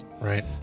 Right